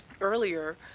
earlier